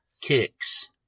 Kicks